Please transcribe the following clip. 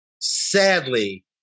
sadly